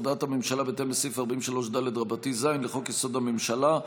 הודעת הממשלה בהתאם לסעיף 43ד(ז) לחוק-יסוד: הממשלה,